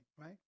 right